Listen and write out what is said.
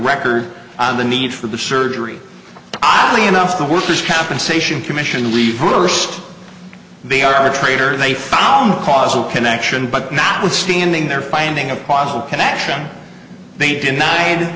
record on the need for the surgery oddly enough the workers compensation commission read her risk they are a traitor they found a causal connection but notwithstanding their finding a possible connection they denied